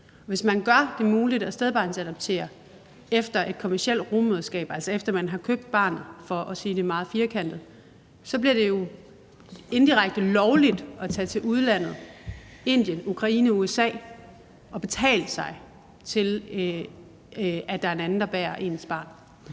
Hvis man gør det muligt at stedbarnsadoptere efter et kommercielt rugemødreskab, altså efter man har købt barnet, for at sige det meget firkantet, så bliver det jo indirekte lovligt at tage til udlandet – Indien, Ukraine, USA – og betale sig til, at der er en anden, der bærer ens barn.